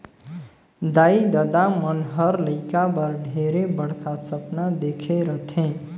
दाई ददा मन हर लेइका बर ढेरे बड़खा सपना देखे रथें